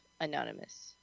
Anonymous